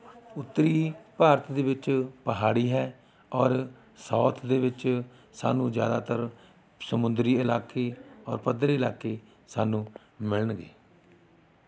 ਉੱਤਰੀ ਭਾਰਤ ਦੇ ਵਿੱਚ ਪਹਾੜੀ ਹੈ ਔਰ ਸਾਊਥ ਦੇ ਵਿੱਚ ਸਾਨੂੰ ਜ਼ਿਆਦਾਤਰ ਸਮੁੰਦਰੀ ਇਲਾਕੇ ਔਰ ਪੱਧਰੇ ਇਲਾਕੇ ਸਾਨੂੰ ਮਿਲਣਗੇ